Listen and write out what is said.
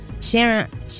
Sharon